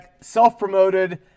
self-promoted